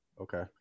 Okay